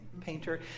painter